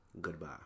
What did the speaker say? Goodbye